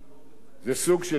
זה סוג של סנקציות,